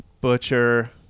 Butcher